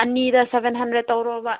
ꯑꯅꯤꯗ seven hundred ꯇꯧꯔꯣꯕ